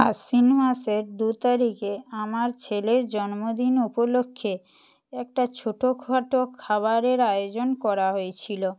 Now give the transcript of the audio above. আশ্বিন মাসের দু তারিখে আমার ছেলের জন্মদিন উপলক্ষে একটা ছোটো খাটো খাবারের আয়োজন করা হয়েছিলো